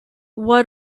what